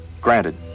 Granted